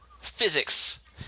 Physics